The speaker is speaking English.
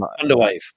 Underwave